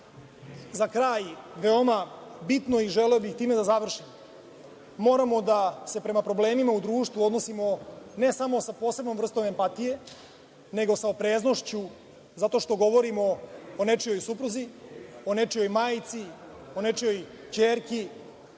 za kraj veoma bitno i želeo bih time da završim, moramo da se prema problemima u društvu odnosima, ne samo sa posebnom vrstom empatije, nego sa opreznošću, zato što govorimo o nečijoj supruzi, o nečijoj majci, o nečijoj ćerki